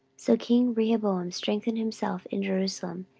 so king rehoboam strengthened himself in jerusalem,